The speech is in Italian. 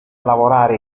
lavorare